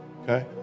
Okay